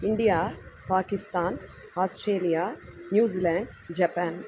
India Pakistan Australia New Zealand Japan